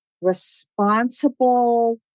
responsible